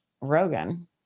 Rogan